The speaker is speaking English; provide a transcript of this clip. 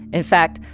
in fact,